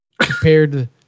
Compared